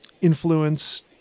influence